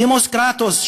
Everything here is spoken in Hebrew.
דמוס-קרטוס,